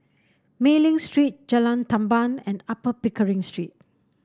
Mei Ling Street Jalan Tamban and Upper Pickering Street